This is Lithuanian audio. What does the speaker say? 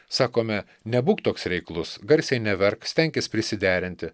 sakome nebūk toks reiklus garsiai neverk stenkis prisiderinti